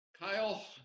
Kyle